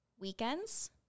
weekends